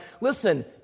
Listen